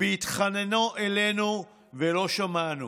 בהתחננו אלינו ולא שמענו".